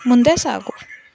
ಮುಂದೆ ಸಾಗು